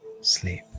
sleep